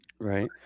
Right